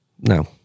No